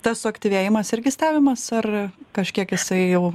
tas suaktyvėjimas irgi stebimas ar kažkiek jisai jau